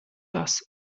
das